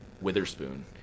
witherspoon